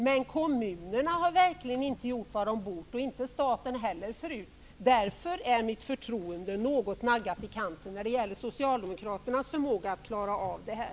Men kommunerna har verkligen inte gjort vad de borde, inte staten heller. Därför är mitt förtroende något naggat i kanten när det gäller Socialdemokraternas förmåga att klara av det här.